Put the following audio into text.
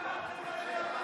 סדרנים.